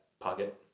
pocket